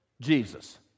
Jesus